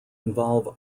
involve